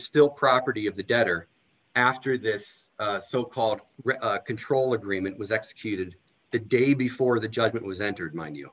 still property of the debtor after this so called control agreement was executed the day before the judgment was entered my new